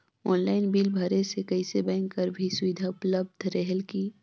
Online bill भरे से कइसे बैंक कर भी सुविधा उपलब्ध रेहेल की?